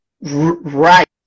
right